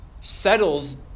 settles